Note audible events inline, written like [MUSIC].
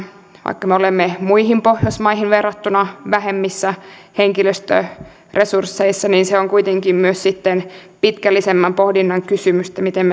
vaikka me olemme muihin pohjoismaihin verrattuna vähemmissä henkilöstöresursseissa se on kuitenkin myös sitten pitkällisemmän pohdinnan kysymys miten [UNINTELLIGIBLE]